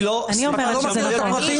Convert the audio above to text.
אני לא --- אני אומרת שזה נכון.